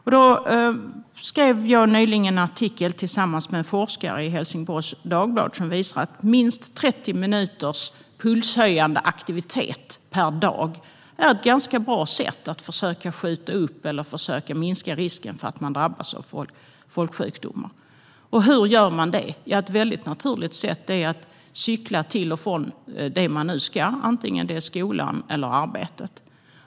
Jag skrev nyligen en artikel tillsammans med en forskare i Helsingborgs Dagblad som visar att minst 30 minuters pulshöjande aktivitet per dag är ett ganska bra sätt att försöka skjuta upp eller minska risken för att drabbas av folksjukdomar. Hur gör man då det? Ett naturligt sätt är att cykla till och från det ställe man ska till - antingen skolan eller arbetet.